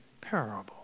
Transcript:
parable